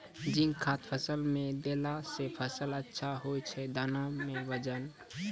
zinc खाद फ़सल मे देला से फ़सल अच्छा होय छै दाना मे वजन ब